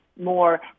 more